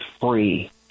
free